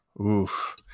oof